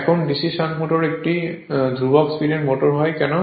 এখন DC shunt motor একটি ধ্রুবক স্পিডের মোটর হয় কেন